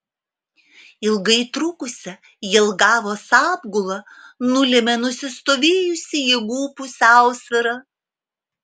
ilgai trukusią jelgavos apgulą nulėmė nusistovėjusi jėgų pusiausvyra